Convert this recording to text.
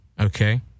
okay